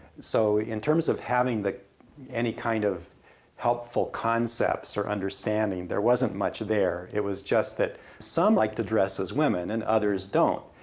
so in terms of having any kind of helpful concepts or understanding, there wasn't much there. it was just that some liked to dress as women and others don't.